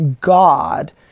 God